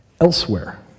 elsewhere